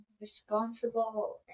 responsible